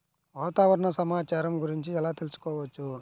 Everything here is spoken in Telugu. వాతావరణ సమాచారము గురించి ఎలా తెలుకుసుకోవచ్చు?